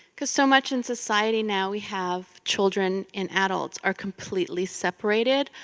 cause so much in society now we have children and adults are completely separated,